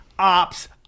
Ops